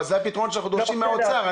מהאוצר.